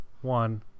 one